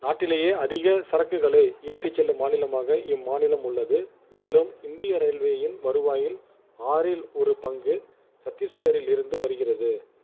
நாட்டிலேயே அதிக சரக்குகளை ஏற்றிச் செல்லும் மாநிலமாக இம்மாநிலம் உள்ளது மேலும் இந்திய ரயில்வேயின் வருவாயில் ஆறில் ஒரு பங்கு சத்தீஸ்கரில் இருந்து வருகிறது